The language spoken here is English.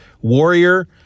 warrior